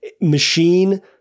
machine